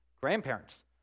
Grandparents